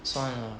算了